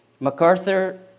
MacArthur